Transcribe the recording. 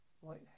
white